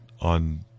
on